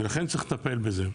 ולכן צריך לטפל בזה.